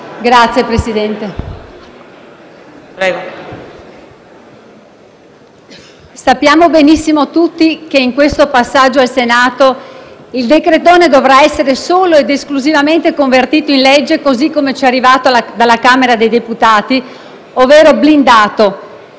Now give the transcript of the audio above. Grazie Presidente. Sappiamo benissimo tutti che in questo passaggio al Senato il «decretone» dovrà essere solo ed esclusivamente convertito in legge così come ci è arrivato dalla Camera dei deputati, ovvero blindato,